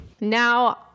Now